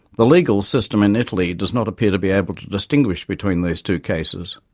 the legal system in italy does not appear to be able to distinguish between these two cases,